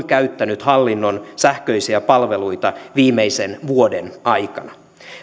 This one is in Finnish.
käyttänyt hallinnon sähköisiä palveluita viimeisen vuoden aikana